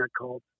called